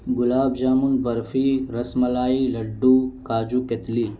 گلاب jamun barfi ras malai laddu kaju کیتلی